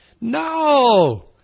No